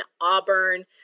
auburn